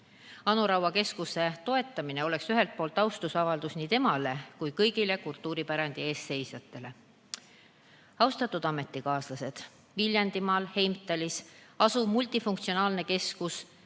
Anu Raua keskuse toetamine oleks austusavaldus nii temale kui kõigile teistele kultuuripärandi eest seisjatele. Austatud ametikaaslased! Viljandimaal Heimtalis asuv multifunktsionaalne keskus